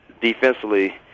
defensively